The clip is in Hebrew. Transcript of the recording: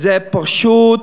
זה פשוט